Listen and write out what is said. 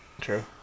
True